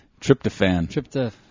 Tryptophan